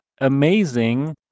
amazing